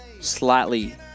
slightly